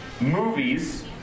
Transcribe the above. movies